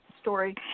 story